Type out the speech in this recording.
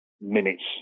minutes